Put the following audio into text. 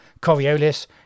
Coriolis